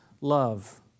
love